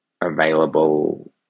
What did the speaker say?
available